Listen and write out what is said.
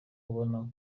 kubona